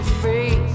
free